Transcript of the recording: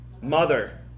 mother